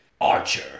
Archer